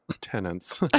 tenants